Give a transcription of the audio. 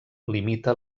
limita